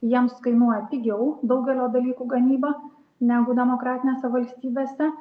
jiems kainuoja pigiau daugelio dalykų gamyba negu demokratinėse valstybėse